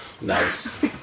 Nice